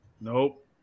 Nope